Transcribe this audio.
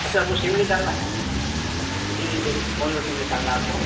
اچھا آپ کو سم نکالنا ہے جی جی بولیے کونسا سم نکالنا ہے آپ کو